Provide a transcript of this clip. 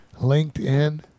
LinkedIn